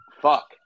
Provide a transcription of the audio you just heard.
Fuck